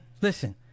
Listen